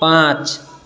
पाँच